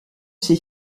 ses